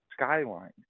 skyline